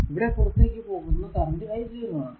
ഇവിടെ പുറത്തേക്കു പോകുന്ന കറന്റ് i 0 ആണ്